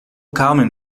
carmen